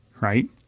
right